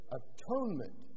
atonement